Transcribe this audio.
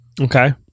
Okay